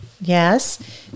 Yes